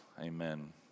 Amen